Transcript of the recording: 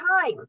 time